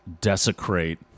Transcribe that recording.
desecrate